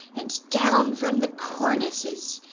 and down from the cornices.